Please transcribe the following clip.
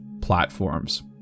platforms